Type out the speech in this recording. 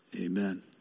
Amen